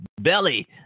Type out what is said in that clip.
belly